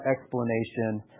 explanation